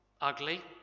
ugly